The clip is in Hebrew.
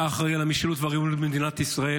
אתה אחראי למשילות והריבונות במדינת ישראל.